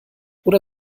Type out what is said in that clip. oder